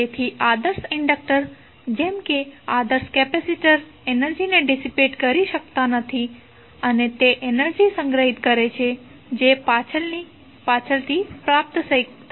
તેથી આદર્શ ઇન્ડક્ટર જેમ કે આદર્શ કેપેસિટર એનર્જીને ડિસિપેટ કરી શકતા નથી અને તે એનર્જી સંગ્રહિત કરે છે જે પાછળથી પ્રાપ્ત થઈ શકે છે